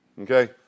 Okay